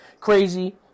crazy